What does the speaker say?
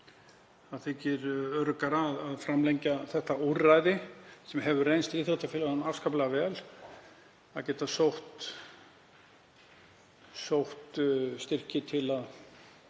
Það þykir öruggara að framlengja þetta úrræði sem hefur reynst íþróttafélögunum afskaplega vel, að geta sótt styrki eða